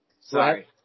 Sorry